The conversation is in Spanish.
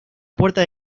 puerta